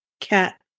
cat